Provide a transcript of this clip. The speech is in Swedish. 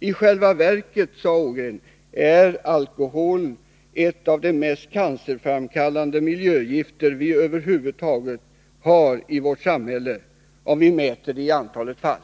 I själva verket, sade dr Ågren, är alkoholen ett av de mest cancerframkallande miljögifter vi över huvud taget har i vårt samhälle, om vi mäter detta i antalet fall.